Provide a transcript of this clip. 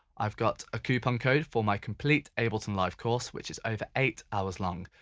i've got a coupon code for my complete ableton live course which is over eight hours long.